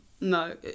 No